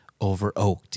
over-oaked